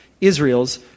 Israel's